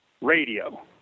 Radio